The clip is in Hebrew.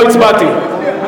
לא הצבעתי.